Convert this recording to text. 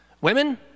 Women